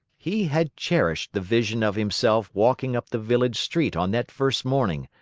he had cherished the vision of himself walking up the village street on that first morning,